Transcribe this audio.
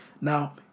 Now